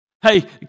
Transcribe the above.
Hey